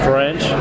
French